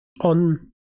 On